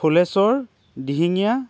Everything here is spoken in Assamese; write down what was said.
ফুলেশ্বৰ দিহিঙীয়া